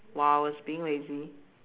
while I was being lazy